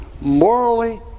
morally